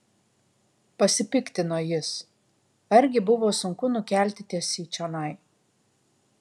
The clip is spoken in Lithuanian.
pasipiktino jis argi buvo sunku nukelti tiesiai čionai